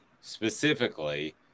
specifically